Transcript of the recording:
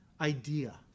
idea